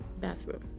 bathroom